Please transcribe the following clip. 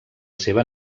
seva